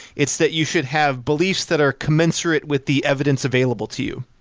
it's that you should have beliefs that are commensurate with the evidence available to you.